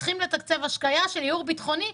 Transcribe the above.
צריכים לתקצב השקיה של ייעור ביטחוני,